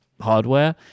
hardware